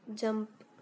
jump